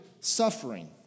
suffering